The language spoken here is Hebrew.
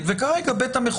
כולל סנקציה ברורה לגבי זה.